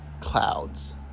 clouds